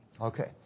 Okay